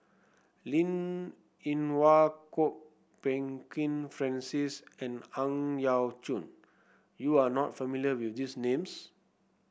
Linn In Hua Kwok Peng Kin Francis and Ang Yau Choon You are not familiar with these names